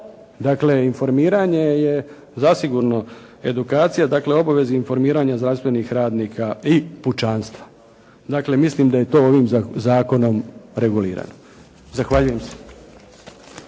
Dakle, informiranje je zasigurno edukacija, dakle obaveze informiranja zdravstvenih radnika i pučanstva, dakle mislim da je to ovim zakonom regulirano. Zahvaljujem se.